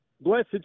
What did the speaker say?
Blessed